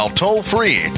toll-free